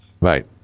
Right